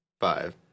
Five